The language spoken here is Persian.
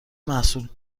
محصولات